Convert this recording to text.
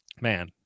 man